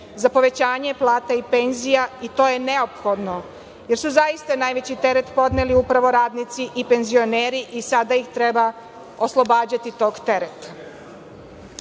za povećanje plata i penzija, i to je neophodno, jer su zaista najveći teret podneli upravo radnici i penzioneri i sada ih treba oslobađati tog